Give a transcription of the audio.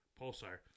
Pulsar